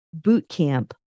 bootcamp